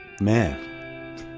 Man